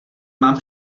mám